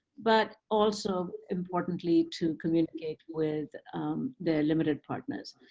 but also importantly to communicate with their limited partners.